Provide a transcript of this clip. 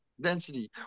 density